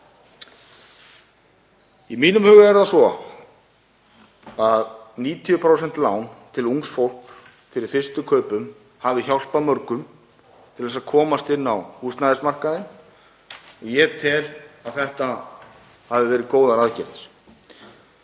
Í mínum huga er það svo að 90% lán til ungs fólk fyrir fyrstu kaupum hafi hjálpað mörgum til þess að komast inn á húsnæðismarkaðinn og ég tel að þetta hafi verið góðar aðgerðir.